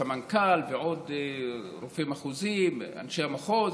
סמנכ"ל, ועוד רופא מחוזי, אנשי המחוז,